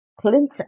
Clinton